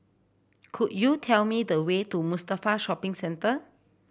could you tell me the way to Mustafa Shopping Centre